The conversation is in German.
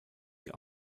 die